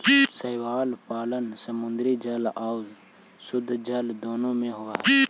शैवाल पालन समुद्री जल आउ शुद्धजल दोनों में होब हई